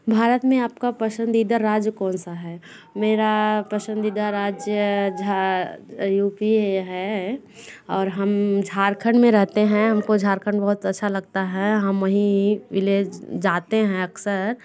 भारत में आपका पसंदीदा राज्य कोन सा है मेरा पसंदीदा राज्य यू पी है और हम झारखंड में रहते हैं हम को झारखंड बहुत अच्छा लगता है हम वहीं विलेज जाते हैं अक्सर